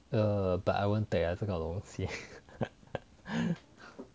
err but I won't take ah 这种东西